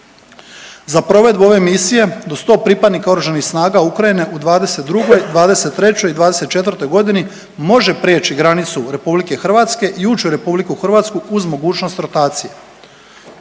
Za provedbu ove misije do 100 pripadnika Oružanih snaga Ukrajine u 2022., 2023. i 2024. godini može prijeći granicu Republike Hrvatske i ući u republiku Hrvatsku uz mogućnost rotacije.